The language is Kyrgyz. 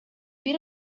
бир